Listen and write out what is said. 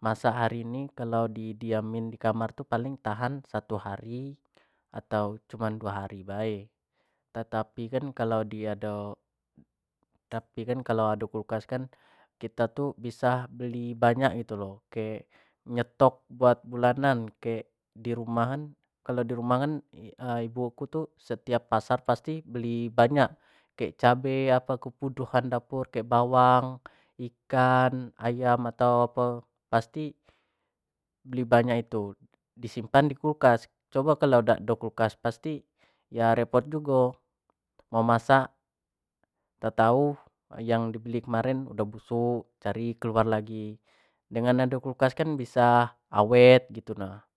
masak hari ini kalau di diamin dikamar tu paling tahan satu hari atau cumin du hari bae, tetapi kalau ado kulkas kan kito tu bisa beli banyak gitu kek nyetok buat bulanan kek di rumah kan kalau di rumah kan kalau ibu aku tu setiap pasar pasti banyak kek cabe atau apo kebutuhan dapur kek bawang, ikan, ayam atau apo pasti beli banyak itu di simpan di kulkas, cubo kalau dak ado kulkas pasti ya repot jugo, nak masak tau-tau yang di beli kemaren udah busuk cari keluar lagi, dengana do kulkas kan bisa awet gitu nah.